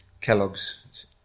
Kellogg's